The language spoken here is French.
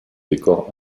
décor